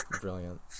Brilliant